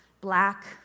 black